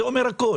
זה אומר הכול.